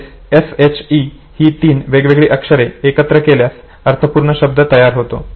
तसेच S H E ही तीन वेगळी अक्षरे एकत्र केल्यास अर्थपूर्ण शब्द तयार होतो